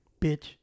bitch